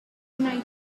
united